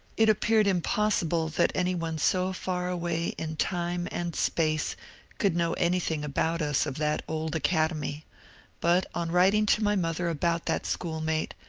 it appeared impossible that any one so far away in time and space could know anything about us of that old academy but on writing to my mother about that schoolmate,